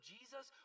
Jesus